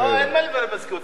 לא, אין מה לברר במזכירות.